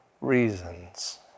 reasons